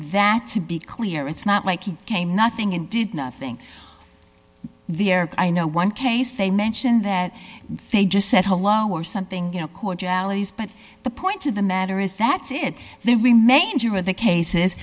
that to be clear it's not like he came nothing and did nothing i know one case they mentioned that they just said hello or something you know cordiality is but the point of the matter is that did the remainder of the cases